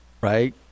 right